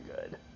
good